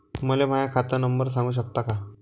मले माह्या खात नंबर सांगु सकता का?